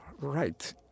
right